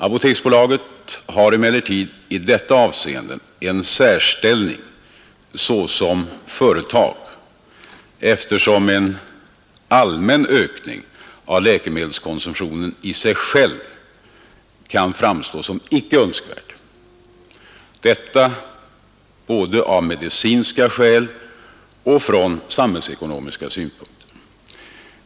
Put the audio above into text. Apoteksbolaget har emellertid i detta avseende en särställning såsom företag, eftersom en allmän ökning av läkemedelskonsumtionen i sig själv kan framstå som icke önskvärd, detta både av medicinska skäl och från samhällsekonomiska synpunkter.